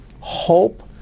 Hope